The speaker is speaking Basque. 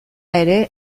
ere